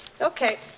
Okay